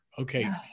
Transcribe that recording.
Okay